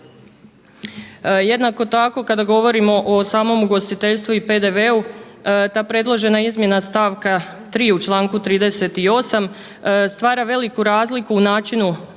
Jednako tako kada govorimo o samom ugostiteljstvu i PDV-u ta predložena izmjena stavka 3. u članku 38. stvara veliku razliku u načinu